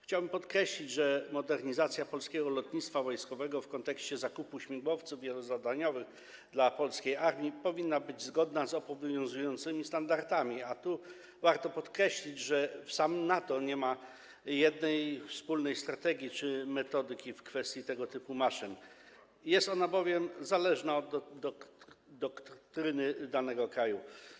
Chciałbym podkreślić, że modernizacja polskiego lotnictwa wojskowego w kontekście zakupu śmigłowców wielozadaniowych dla polskiej armii powinna być zgodna z obowiązującymi standardami, a tu warto podkreślić, że w samym NATO nie ma jednej wspólnej strategii czy metodyki w kwestii tego typu maszyn, bowiem jest ona zależna od doktryny danego kraju.